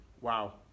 Wow